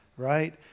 right